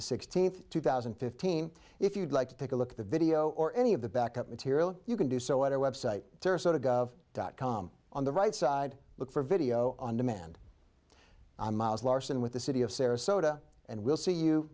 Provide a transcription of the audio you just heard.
the sixteenth two thousand and fifteen if you'd like to take a look at the video or any of the backup material you can do so at our website sarasota gov dot com on the right side look for video on demand miles larson with the city of sarasota and we'll see you